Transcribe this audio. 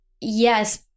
Yes